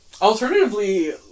Alternatively